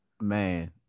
Man